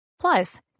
Plus